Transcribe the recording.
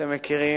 שאתם מכירים,